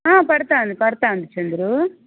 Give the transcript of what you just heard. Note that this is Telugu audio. పడుతుంది పడుతుంది చంద్రు